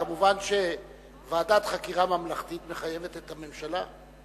כמובן, ועדת חקירה ממלכתית מחייבת את הממשלה,